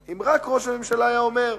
אם רק ראש הממשלה היה אומר.